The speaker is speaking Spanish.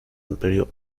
imperio